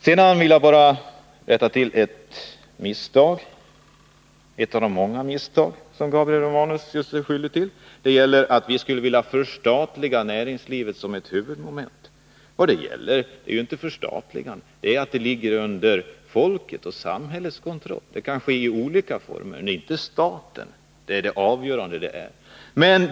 Sedan vill jag rätta till ett av de många misstag som Gabriel Romanus gör sig skyldig till, nämligen att vi som ett huvudmoment i behandlingen av arbetsmiljöfrågorna skulle vilja förstatliga näringslivet. Vad det gäller är inte förstatligande utan att produktionen ligger under samhällets kontroll. Det kan ske i olika former — staten har ingen avgörande roll i sammanhanget.